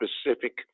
specific